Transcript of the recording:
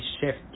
shift